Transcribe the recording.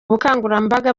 bukangurambaga